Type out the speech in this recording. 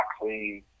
clean